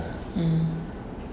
mm